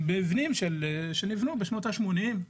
של מבנים שנבנו בשנות השמונים,